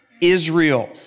Israel